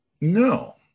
No